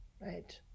right